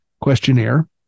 questionnaire